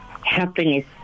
happiness